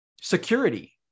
Security